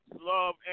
Love